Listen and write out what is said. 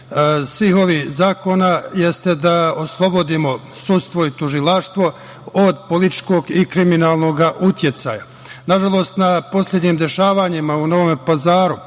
svih ovih zakona jeste da oslobodimo sudstvo i tužilaštvo od političkog i kriminalnog uticaja. Nažalost, na poslednjim dešavanjima u Novom Pazaru,